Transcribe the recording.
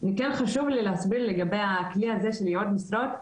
כן חשוב לי להסביר לגבי הכלי הזה של ייעוד משרות,